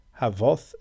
Havoth